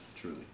truly